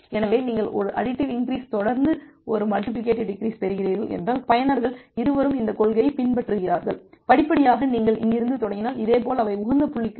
எனவே நீங்கள் ஒரு அடிட்டிவ் இன்கிரீஸ் தொடர்ந்து ஒரு மல்டிபிலிகேடிவ் டிகிரிஸ் பெறுகிறீர்கள் என்றால் பயனர்கள் இருவரும் இந்த கொள்கையைப் பின்பற்றுகிறார்கள் படிப்படியாக நீங்கள் இங்கிருந்து தொடங்கினால் இதேபோல் அவை உகந்த புள்ளிக்கு வரும்